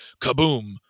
kaboom